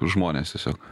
žmonės tiesiog